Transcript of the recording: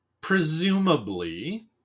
presumably